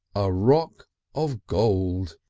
a rock of gold.